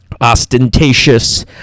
ostentatious